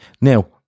Now